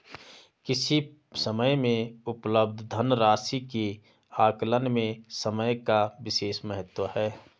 किसी समय में उपलब्ध धन राशि के आकलन में समय का विशेष महत्व है